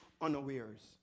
unawares